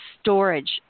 storage